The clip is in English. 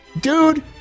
Dude